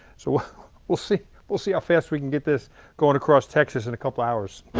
so we'll see we'll see how fast we can get this goin' across texas in a couple hours.